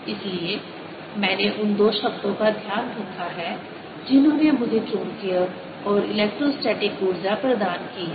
इसलिए मैंने उन दो शब्दों का ध्यान रखा है जिन्होंने मुझे चुंबकीय और इलेक्ट्रोस्टैटिक ऊर्जा प्रदान की है